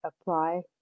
apply